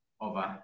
over